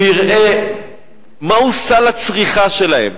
ויראה מהו סל הצריכה שלהן.